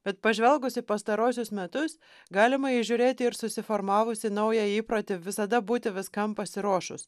bet pažvelgus į pastaruosius metus galima įžiūrėti ir susiformavusį naują įprotį visada būti viskam pasiruošus